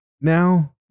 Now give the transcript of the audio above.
now